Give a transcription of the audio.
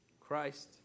Christ